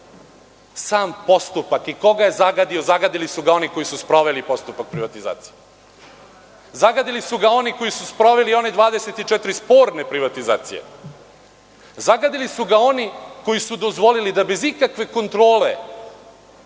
sam postupak. Ko ga je zagadio? Zagadili su ga oni koji su sproveli postupak privatizacije. Zagadili su ga oni koji su sproveli one 24 sporne privatizacije. Zagadili su ga oni koji su dozvolili da se bez ikakve kontrole